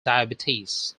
diabetes